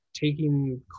Taking